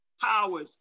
powers